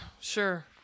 sure